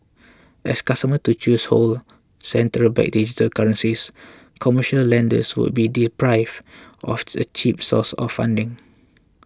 as customers to choose hold central bank digital currencies commercial lenders would be deprived of a cheap source of funding